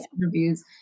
interviews